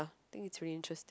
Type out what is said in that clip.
I think it's really interesting